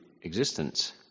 existence